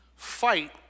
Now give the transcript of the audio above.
Fight